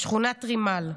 שכונת רימאל.